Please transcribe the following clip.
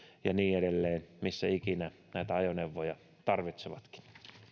ja niin edelleen missä ikinä näitä ajoneuvoja tarvitsevatkin